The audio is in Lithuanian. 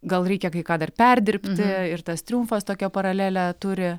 gal reikia kai ką dar perdirbti ir tas triumfas tokią paralelę turi